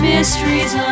Mysteries